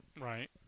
Right